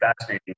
fascinating